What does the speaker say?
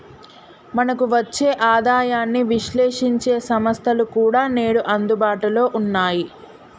మనకు వచ్చే ఆదాయాన్ని విశ్లేశించే సంస్థలు కూడా నేడు అందుబాటులో ఉన్నాయి